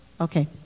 Okay